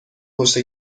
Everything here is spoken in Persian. پشت